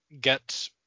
get